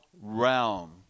realm